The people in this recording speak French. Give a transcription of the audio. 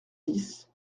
dix